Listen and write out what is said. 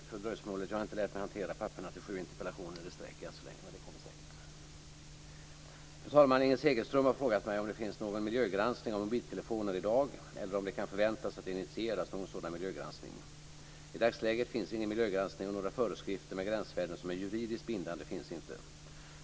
Fru talman! Inger Segelström har frågat mig om det finns någon miljögranskning av mobiltelefoner i dag eller om det kan förväntas att det initieras någon sådan miljögranskning. I dagsläget finns ingen miljögranskning, och några föreskrifter med gränsvärden som är juridiskt bindande finns inte.